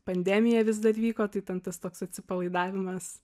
pandemija vis dar vyko tai ten tas toks atsipalaidavimas